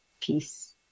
peace